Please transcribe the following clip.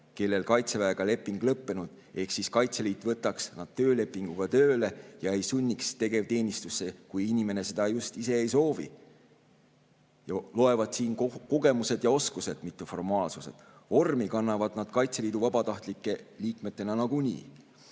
kellel on Kaitseväega leping lõppenud, ehk Kaitseliit võtaks nad töölepinguga tööle ja ei sunniks tegevteenistusse, kui inimene seda just ise ei soovi. Loevad kogemused ja oskused, mitte formaalsused. Vormi kannavad nad Kaitseliidu vabatahtlike liikmetena nagunii.